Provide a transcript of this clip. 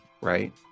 right